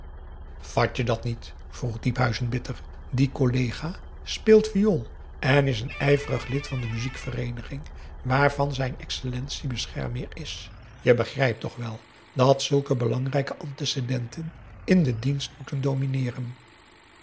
vat je dat niet vroeg diephuizen bitter die collega speelt viool en is een ijverig lid van de muziekvereeniging waarvan zijn excellentie beschermheer is je begrijpt toch wel dat zulke belangrijke antecedenten in den dienst moeten domineeren